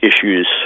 issues